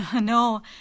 no